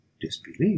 disbelief